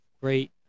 great